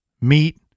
meat